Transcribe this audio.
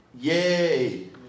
Yay